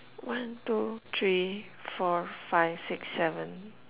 one two three four five six seven